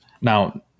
Now